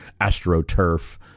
astroturf